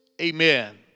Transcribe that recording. Amen